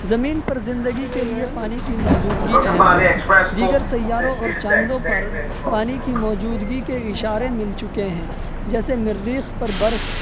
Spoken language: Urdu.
زمین پر زندگی کے لیے پانی کی موجودگی اہم ہے دیگر سیاروں اور چاندوں پر پانی کی موجودگی کے اشارے مل چکے ہیں جیسے مریخ پر برف